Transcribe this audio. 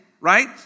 Right